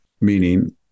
Meaning